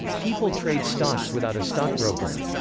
people trade stocks without a stockbroker.